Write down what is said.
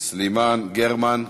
סלימאן, גרמן.